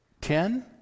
Ten